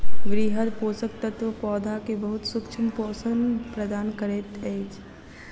वृहद पोषक तत्व पौधा के बहुत सूक्ष्म पोषण प्रदान करैत अछि